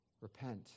Repent